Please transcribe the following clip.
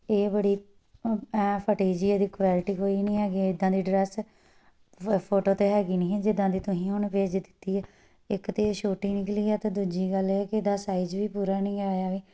ਇਹ ਬੜੀ ਐਂ ਫਟੀ ਜਿਹੀ ਇਹਦੀ ਕੁਆਲਿਟੀ ਕੋਈ ਨਹੀਂ ਹੈਗੀ ਇੱਦਾਂ ਦੀ ਡਰੈੱਸ ਫੋ ਫੋਟੋ ਤਾਂ ਹੈਗੀ ਨਹੀਂ ਹੀ ਜਿੱਦਾਂ ਦੀ ਤੁਸੀਂ ਹੁਣ ਭੇਜ ਦਿੱਤੀ ਹੈ ਇੱਕ ਤਾਂ ਛੋਟੀ ਨਿਕਲੀ ਹੈ ਅਤੇ ਦੂਜੀ ਗੱਲ ਇਹ ਕਿ ਇਹਦਾ ਸਾਈਜ਼ ਵੀ ਪੂਰਾ ਨਹੀਂ ਆਇਆ ਵੇ